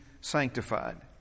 sanctified